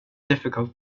difficult